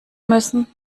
müssen